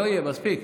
מספיק.